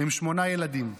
עם שמונה ילדים.